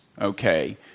Okay